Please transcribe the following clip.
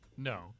No